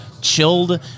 chilled